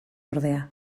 ordea